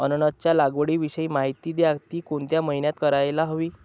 अननसाच्या लागवडीविषयी माहिती द्या, ति कोणत्या महिन्यात करायला हवी?